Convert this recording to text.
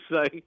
say